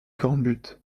cornbutte